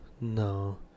No